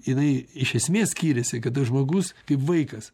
jinai iš esmės skiriasi kada žmogus kaip vaikas